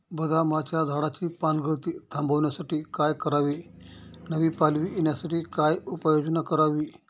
बदामाच्या झाडाची पानगळती थांबवण्यासाठी काय करावे? नवी पालवी येण्यासाठी काय उपाययोजना करावी?